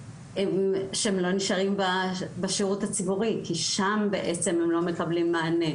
הוא שהם לא נשארים בשירות הציבורי כי שם בעצם הם לא מקבלים מענה.